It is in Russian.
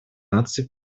наций